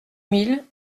mille